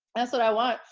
that's what i want.